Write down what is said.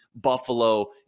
Buffalo